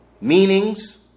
Meanings